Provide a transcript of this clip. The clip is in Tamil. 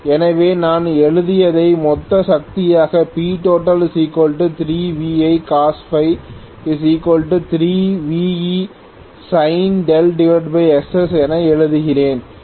எனவே நான் எழுதியதை மொத்த சக்தியாக Ptotal3VIcos 3VEsin Xs என எழுதுகிறேன்